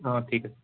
অঁ ঠিক আছে